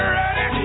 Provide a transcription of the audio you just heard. ready